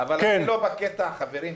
חברים וחברות,